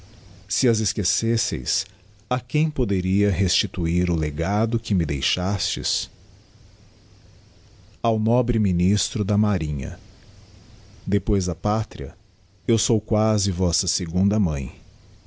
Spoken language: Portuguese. se as esquecêsseis a quem poderia restiiiuir o legado que me deixastes ao nobre ministro da marinha depois da pátria eu sou quasi vossa segunda mãe